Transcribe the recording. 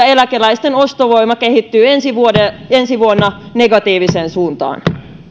eläkeläisten ostovoima kehittyy ensi vuonna negatiiviseen suuntaan